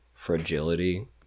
fragility